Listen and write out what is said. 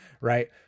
Right